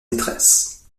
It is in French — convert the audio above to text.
maîtresse